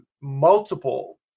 multiple